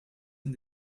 and